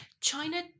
China